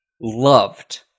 loved